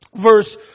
verse